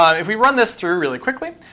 ah if we run this through really quickly,